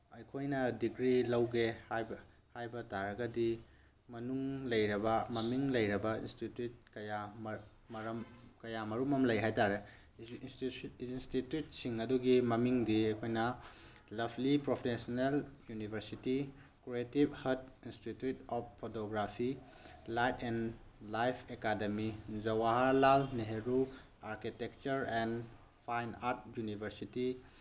ꯑꯩꯈꯣꯏꯅ ꯗꯤꯒ꯭ꯔꯤ ꯂꯧꯒꯦ ꯍꯥꯏꯕ ꯍꯥꯏꯕ ꯇꯥꯔꯒꯗꯤ ꯃꯅꯨꯡ ꯂꯩꯔꯕ ꯃꯃꯤꯡ ꯂꯩꯔꯕ ꯏꯟꯁꯇꯤꯇ꯭ꯌꯨꯠ ꯀꯌꯥ ꯃꯔꯝ ꯀꯌꯥꯃꯔꯣꯝ ꯑꯃ ꯂꯩ ꯍꯥꯏ ꯇꯥꯔꯦ ꯏꯟꯁꯇꯤꯇ꯭ꯌꯨꯠꯁꯤꯡ ꯑꯗꯨꯒꯤ ꯃꯃꯤꯡꯗꯤ ꯑꯩꯈꯣꯏꯅ ꯂꯐꯂꯤ professional university creative hut institute of photography light and life academy Jawaharlal Nehru architecture and fine art university